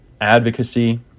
advocacy